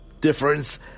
difference